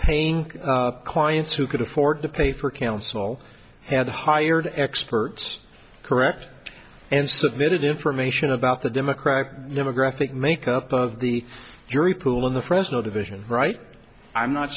paying clients who could afford to pay for counsel had hired experts correct and submitted information about the democrats never graphic makeup of the jury pool in the fresno division right i'm not